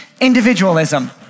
individualism